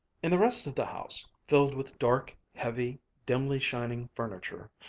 in the rest of the house, filled with dark, heavy, dimly shining furniture,